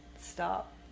stop